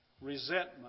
resentment